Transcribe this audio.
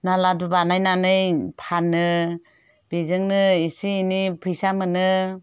ना लादु बानायनानै फानो बिजोंनो एसे एनै फैसा मोनो